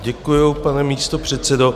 Děkuji, pane místopředsedo.